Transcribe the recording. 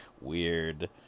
Weird